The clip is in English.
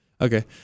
Okay